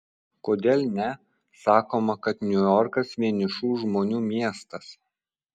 kodėl ne sakoma kad niujorkas vienišų žmonių miestas